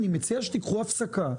אני מציע שתיקחו הפסקה.